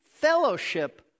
fellowship